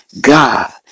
God